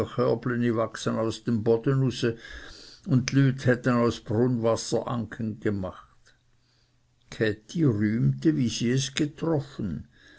us dm bode use und dlüt hätten aus brunnwasser anken gemacht käthi rühmte wie sie es getroffen